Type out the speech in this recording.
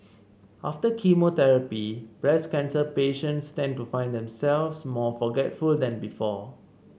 after chemotherapy breast cancer patients tend to find themselves more forgetful than before